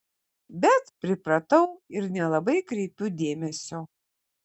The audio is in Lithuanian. bet pripratau ir nelabai kreipiu dėmesio